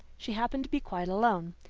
she happened to be quite alone.